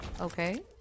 Okay